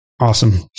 Awesome